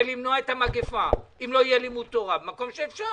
למנוע את המגפה אם לא יהיה לימוד תורה במקום שאפשר?